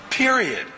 Period